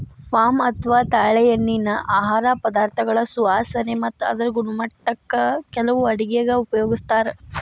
palm ಅಥವಾ ತಾಳೆಎಣ್ಣಿನಾ ಆಹಾರ ಪದಾರ್ಥಗಳ ಸುವಾಸನೆ ಮತ್ತ ಅದರ ಗುಣಮಟ್ಟಕ್ಕ ಕೆಲವು ಅಡುಗೆಗ ಉಪಯೋಗಿಸ್ತಾರ